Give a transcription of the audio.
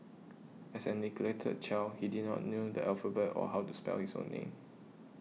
as a neglected child he did not know the alphabet or how to spell his own name